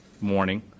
morning